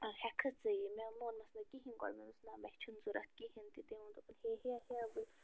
ہٮ۪کھٕ ژٕ یہِ مےٚ مونمس نہٕ کِہیٖنۍ گۄڈٕ مےٚ دوٚپس نَہ مےٚ چھُنہٕ ضوٚرَتھ کِہیٖنۍ تہِ تٔمۍ ووٚن دوٚپُن ہے ہیٚہ ہیٚہ